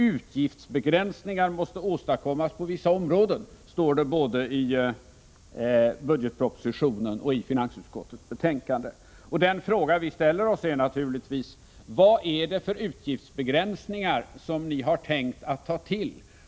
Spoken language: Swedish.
”Utgiftsbegränsningar måste åstadkommas på vissa områden”, står det både i budgetpropositionen och i finansutskottets betänkande. Den fråga vi ställer oss är naturligtvis: Vad är det för utgiftsbegränsningar som ni har tänkt att ta till?